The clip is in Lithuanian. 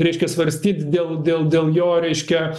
reiškia svarstyt dėl dėl dėl jo reiškia